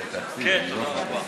תודה רבה.